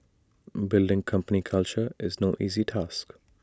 building company culture is no easy task